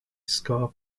ska